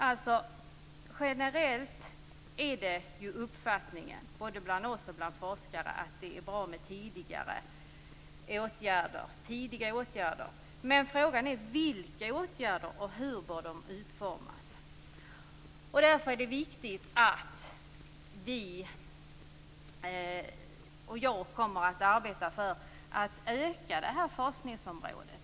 Den generella uppfattning bland oss och bland forskare är att det är bra med tidiga åtgärder. Men fråga är vilka åtgärder som skall vidtas och hur de bör utformas. Jag kommer att arbeta för att utöka forskningsområdet.